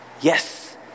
yes